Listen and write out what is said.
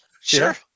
sure